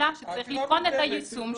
אלא שצריך לבחון את היישום שלו.